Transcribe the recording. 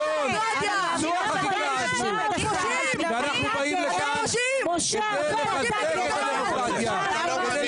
אנחנו באים לכאן כדי לחזק את הדמוקרטיה.